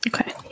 Okay